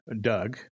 Doug